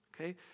Okay